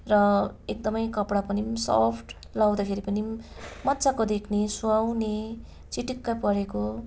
र एकदमै कपडा पनि सफ्ट लगाउँदाखेरि पनि मज्जाको देख्ने सुहाउने चिटिक्कै परेको